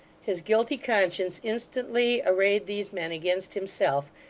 his guilty conscience instantly arrayed these men against himself,